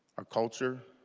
our culture